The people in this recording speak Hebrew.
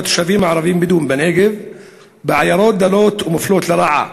התושבים הערבים-בדואים בנגב בעיירות דלות ומופלות לרעה,